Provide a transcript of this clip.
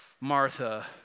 Martha